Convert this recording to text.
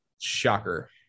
shocker